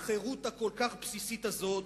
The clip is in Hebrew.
לחירות הכל-כך בסיסית הזאת,